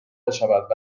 بشود